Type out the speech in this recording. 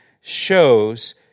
shows